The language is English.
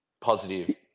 positive